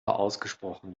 ausgesprochen